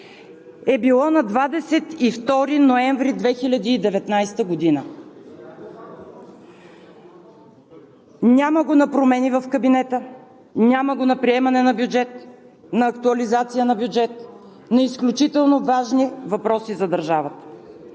е било на 22 ноември 2019 г. Няма го на промени в Кабинета, няма го на приемане на бюджета, на актуализация на бюджета, на изключително важни въпроси за държавата.